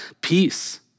Peace